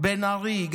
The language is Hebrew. בן ארי,